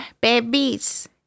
babies